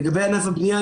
לגבי ענף הבנייה,